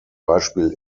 beispiel